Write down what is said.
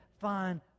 find